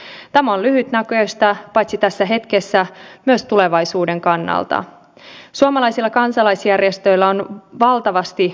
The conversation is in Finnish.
pieni maa pärjää juuri sillä laadulla hyvällä maineella ja mitä olen jutellut esimerkiksi kiinalaisten yritysedustajien ja sitten myös heidän kauppapoliittisten edustajiensa kanssa niin tämä maine on kyllä tiedossa